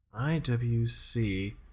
IWC